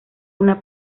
una